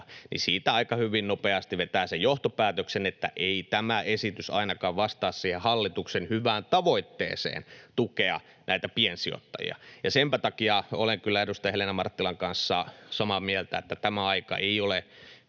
Siitä aika hyvin nopeasti vetää sen johtopäätöksen, että ei tämä esitys ainakaan vastaa siihen hallituksen hyvään tavoitteeseen tukea näitä piensijoittajia. Ja senpä takia olen kyllä edustaja Helena Marttilan kanssa samaa mieltä, että tämä aika ei kyllä